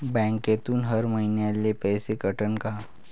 बँकेतून हर महिन्याले पैसा कटन का?